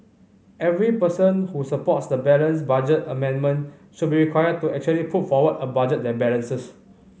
every person who supports the balanced budget amendment should be required to actually put forward a budget that balances